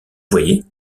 voyez